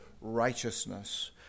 righteousness